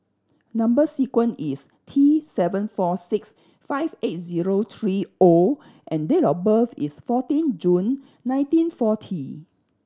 number sequence is T seven four six five eight zero three O and date of birth is fourteen June nineteen forty